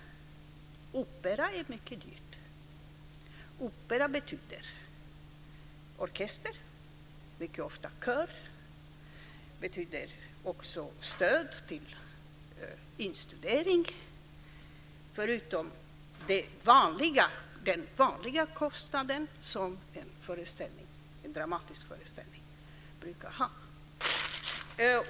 Opera är mycket dyrt. Opera betyder orkester och mycket ofta kör, och det betyder också stöd till instudering förutom den vanliga kostnad som en dramatisk föreställning brukar ha.